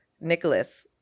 Nicholas